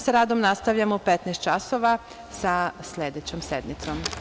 Sa radom nastavljamo u 15.00 časova, sa sledećom sednicom.